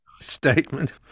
statement